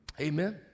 Amen